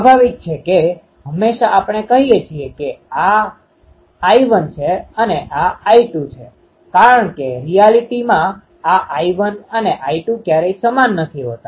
સ્વાભાવિક છે કે હંમેશા આપણે કહીએ છીએ કે આ I1 છે અને આ I2 છે કારણ કે રિઆલિટીમાં realityવાસ્તવિકતા આ I1 અને I2 ક્યારેય સમાન નથી હોતા